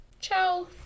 ciao